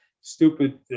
stupid